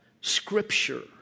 Scripture